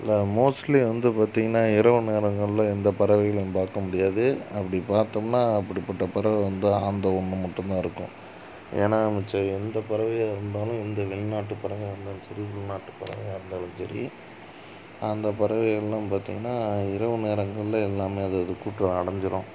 இதில் மோஸ்ட்லி வந்து பார்த்திங்கனா இரவு நேரங்களில் எந்த பறவைகளும் பார்க்க முடியாது அப்படி பாத்தோம்னா அப்படிப்பட்ட பறவை வந்து ஆந்தை ஒன்று மட்டுந்தான் இருக்கும் ஏன்னா மிச்சம் எந்த பறவையாக இருந்தாலும் எந்த வெளிநாட்டு பறவையாக இருந்தாலும் சரி உள்நாட்டு பறவையாக இருந்தாலும் சரி அந்த பறவைகள்லாம் பார்த்திங்கனா இரவு நேரங்களில் எல்லாமே அது அது கூட்டில் அடைஞ்சிரும்